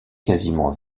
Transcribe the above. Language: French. quasiment